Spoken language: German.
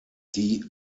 die